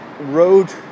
road